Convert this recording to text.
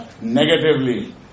negatively